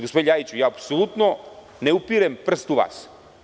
Gospodine Ljajiću, apsolutno ne upirem prst u vas.